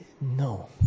No